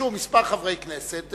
הגישו כמה חברי כנסת,